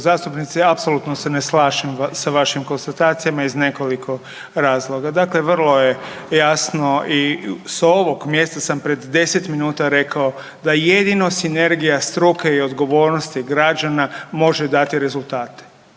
zastupnice, apsolutno se ne slažem sa vašim konstatacijama iz nekoliko razloga. Dakle, vrlo je jasno i s ovog mjesta sam pred 10 minuta rekao da jedino sinergija struke i odgovornosti građana može dati rezultate.